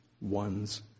one's